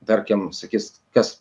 tarkim sakys kas